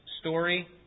story